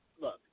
look